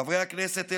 חברי הכנסת,